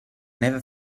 never